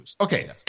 Okay